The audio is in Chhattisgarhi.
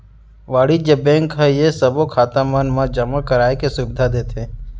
वाणिज्य बेंक ह ये सबो खाता मन मा जमा कराए के सुबिधा देथे